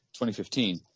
2015